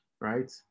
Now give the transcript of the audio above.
right